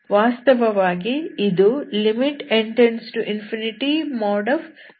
ವಾಸ್ತವವಾಗಿ ಇದು n→∞cncn1 ಆಗಿದೆ